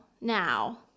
now